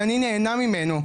שאני נהנה ממנו,